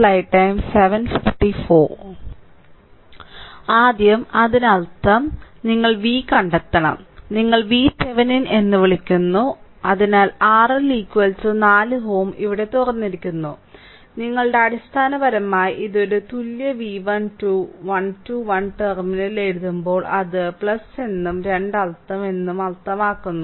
ആദ്യം അതിനർത്ഥം ഇതിനർത്ഥം നിങ്ങൾ V കണ്ടെത്തണം നിങ്ങൾ VThevenin എന്ന് വിളിക്കുന്നു അതിനാൽ RL 4 Ω ഇവിടെ തുറന്നിരിക്കുന്നു നിങ്ങളുടെ അടിസ്ഥാനപരമായി ഇത് ഒരു തുല്യ V 1 2 1 2 1 ടെർമിനൽ എഴുതുമ്പോൾ അത് എന്നും രണ്ട് അർത്ഥം എന്നും അർത്ഥമാക്കുന്നു